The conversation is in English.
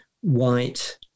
white